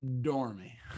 dormy